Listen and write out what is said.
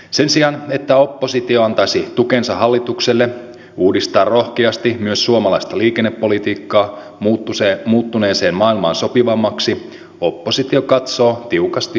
sen sijaan että oppositio antaisi tukensa hallitukselle uudistaa rohkeasti myös suomalaista liikennepolitiikkaa muuttuneeseen maailmaan sopivammaksi oppositio katsoo tiukasti peruutuspeiliin